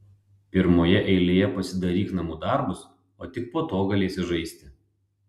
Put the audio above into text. pirmoje eilėje pasidaryk namų darbus o tik po to galėsi žaisti